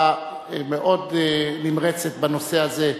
בצורה מאוד נמרצת בנושא הזה.